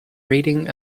reading